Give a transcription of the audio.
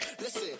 listen